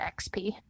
XP